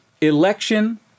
Election